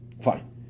Fine